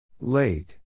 Late